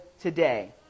today